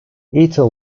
ethel